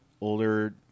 older